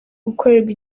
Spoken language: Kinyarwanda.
gukorerwa